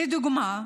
לדוגמה,